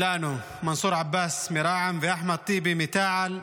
שלנו, מנסור עבאס מרע"מ ואחמד טיבי מתע"ל,